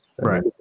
right